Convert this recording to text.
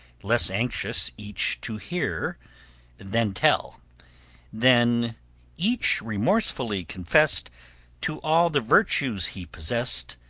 less anxious each to hear than tell then each remorsefully confessed to all the virtues he possessed,